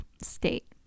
state